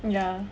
ya